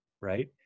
right